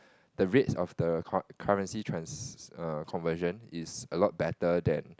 the rates of the currency trans~ err conversion is a lot better than